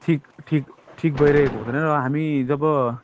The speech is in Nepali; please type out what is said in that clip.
ठिक ठिक ठिक भइरहेको हुँदैन र हामी जब